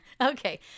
Okay